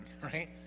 right